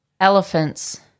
elephants